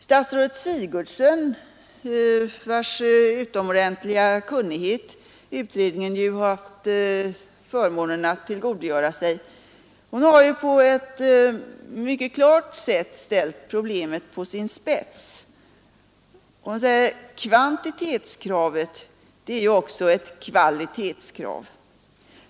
Statsrådet Sigurdsen, vars utomordentliga kunnighet utredningen haft förmånen att tillgodogöra sig, har på ett mycket klart sätt ställt problemet på sin spets. Hon säger: Kvantitetskravet är också ett kvalitetskrav.